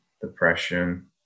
depression